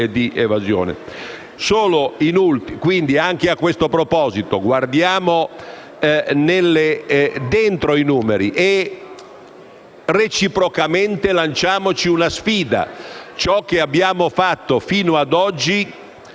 e di evasione.